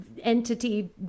entity